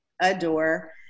adore